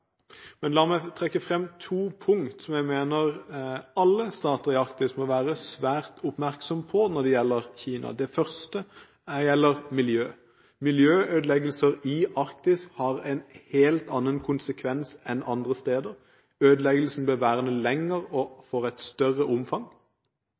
Men la meg trekke frem to punkter som jeg mener alle stater i Arktis må være svært oppmerksomme på når det gjelder Kina. Det første punktet gjelder miljøet: Miljøødeleggelser i Arktis har en helt annen konsekvens enn andre steder. Ødeleggelsen blir værende lenger og